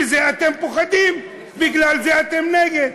מזה אתם פוחדים, בגלל זה אתם נגד.